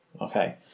Okay